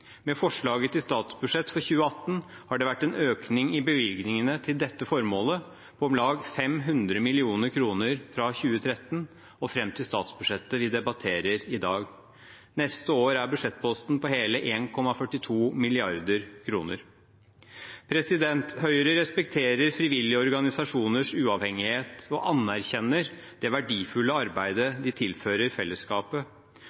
Med forslaget til statsbudsjett for 2018 har det vært en økning i bevilgningene til dette formålet på om lag 500 mill. kr fra 2013 og fram til statsbudsjettet vi debatterer i dag. Neste år er budsjettposten på hele 1,42 mrd. kr. Høyre respekterer frivillige organisasjoners uavhengighet og anerkjenner det verdifulle